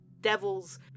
devil's